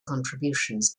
contributions